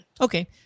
Okay